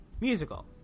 musical